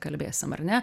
kalbėsim ar ne